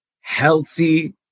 healthy